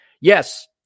Yes